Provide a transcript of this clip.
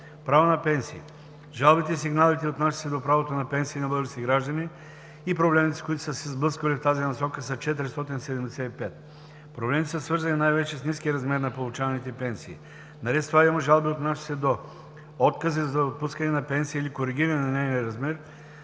Право на пенсия. Жалбите и сигналите, отнасящи се до правото на пенсии на българските граждани, и проблемите, с които са се сблъсквали в тази насока, са 475. Проблемите са свързани най-вече с ниския размер на получаваните пенсии. Наред с това има жалби, отнасящи се до: откази за отпускане на пенсия или коригиране на нейния размер;